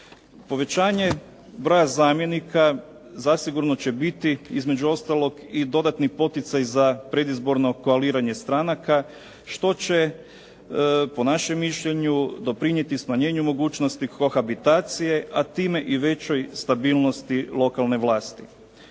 Povećanje broja zamjenika zasigurno će biti između ostalog i dodatni poticaj za predizborno koaliranje stranaka što će po našem mišljenju doprinijeti smanjenju mogućnosti kohabitacije, a time i većoj stabilnosti lokalne vlasti.